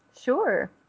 Sure